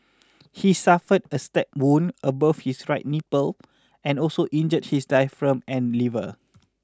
he suffered a stab wound above his right nipple and also injured his diaphragm and liver